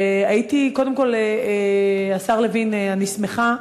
קודם כול, השר לוין, אני שמחה,